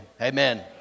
Amen